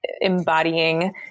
embodying